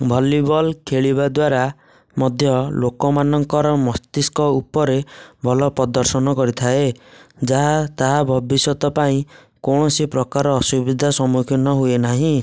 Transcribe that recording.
volleyball ଖେଳିବା ଦ୍ୱାରା ମଧ୍ୟ ଲୋକମାନଙ୍କର ମସ୍ତିଷ୍କ ଉପରେ ଭଲ ପ୍ରଦର୍ଶନ କରିଥାଏ ଯାହା ତାହା ଭବିଷ୍ୟତ ପାଇଁ କୌଣସି ପ୍ରକାର ଅସୁବିଧା ସମ୍ମୁଖୀନ ହୁଏ ନାହିଁ